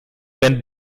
wenn